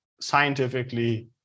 scientifically